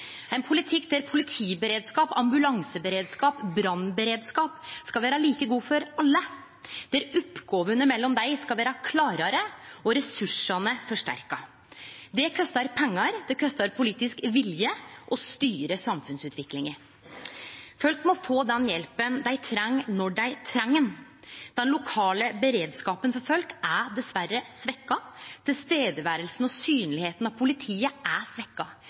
ein politikk der politiberedskap, ambulanseberedskap og brannberedskap skal vere like god for alle, og der oppgåvene mellom dei skal vere klarare og ressursane forsterka. Det kostar pengar og politisk vilje å styre samfunnsutviklinga. Folk må få den hjelpa dei treng, når dei treng ho. Den lokale beredskapen for folk er dessverre svekt. Nærveret og det synlege politiet er